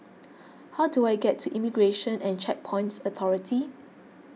how do I get to Immigration and Checkpoints Authority